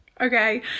Okay